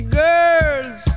girls